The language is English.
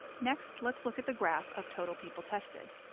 next, let's look at the graph of total people tested.